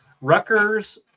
Rutgers